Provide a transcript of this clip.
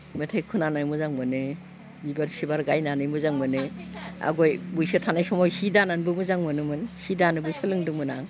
मेथाइ खोनानो मोजां मोनो बिबार सिबार गायनानै मोजां मोनो आगोल बैसो थानाय समाव हि दानाबो मोजां मोनोमोन सि दानोबो सोलोंदोंमोन आं